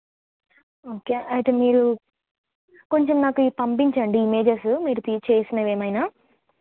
okay అయితే మీరు కొంచెం మాకు ఇవి పంపించండి ఇమేజెస్ మీరు చేసినవి ఏమైనా